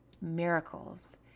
miracles